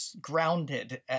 grounded